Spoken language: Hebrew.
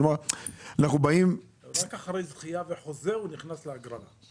רק אחרי זכייה וחוזה הוא נכנס להגרלה.